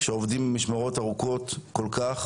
שעובדים במשמרות ארוכות כל כך